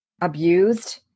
abused